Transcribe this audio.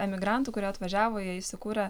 emigrantų kurie atvažiavo jie įsikūrė